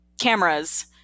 cameras